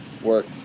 work